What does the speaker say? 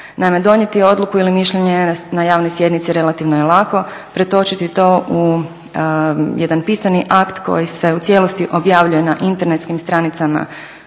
donijeti odluku ili mišljenje na javnoj sjednici relativno je lako, pretočiti to u jedan pisani akt koji se u cijelosti objavljuje na internetskim stranicama